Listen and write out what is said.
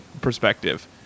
perspective